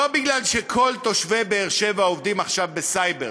לא מפני שכל תושבי באר-שבע עובדים עכשיו בסייבר,